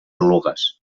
oluges